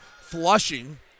Flushing